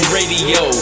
Radio